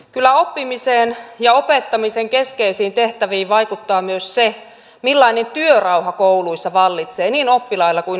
kyllä oppimiseen ja opettamisen keskeisiin tehtäviin vaikuttaa myös se millainen työrauha kouluissa vallitsee niin oppilailla kuin opettajillakin